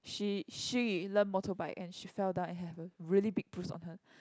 she she learn motorbike and she fell down and have a really big bruise on her